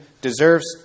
deserves